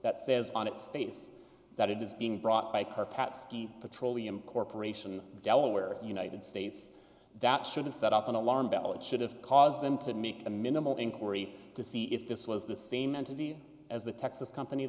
that says on its face that it is being brought by car pats petroleum corporation delaware united states that should have set up an alarm bell it should have caused them to make a minimal inquiry to see if this was the same entity as the texas company